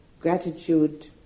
Gratitude